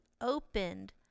opened